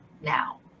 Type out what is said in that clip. now